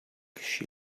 she